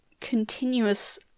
continuous